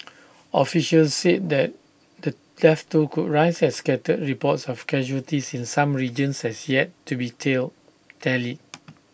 officials said that the death toll could rise as scattered reports of casualties in some regions has yet to be tell tallied